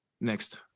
Next